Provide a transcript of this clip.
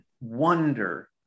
wonder